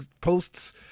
posts